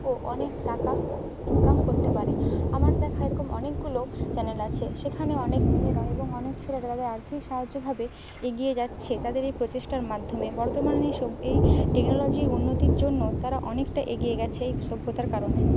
ও অনেক টাকা ইনকাম করতে পারে আমার দেখা এরকম অনেকগুলো চ্যানেল আছে সেখানে অনেক মেয়েরা এবং অনেক ছেলেরা তাদের আর্থিক সাহায্যভাবে এগিয়ে যাচ্ছে তাদের এই প্রচেষ্টার মাধ্যমে বর্তমানে এইসব এই টেকনোলজির উন্নতির জন্য তারা অনেকটা এগিয়ে গেছে এই সভ্যতার কারণে